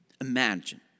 Imagine